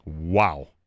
Wow